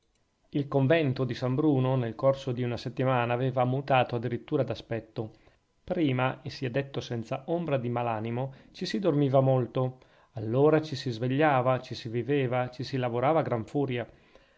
il convento di san bruno nel corso di una settimana aveva mutato a dirittura d'aspetto prima e sia detto senza ombra di mal animo ci si dormiva molto allora ci si vegliava ci si viveva ci si lavorava a gran furia